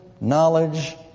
knowledge